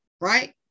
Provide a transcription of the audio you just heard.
right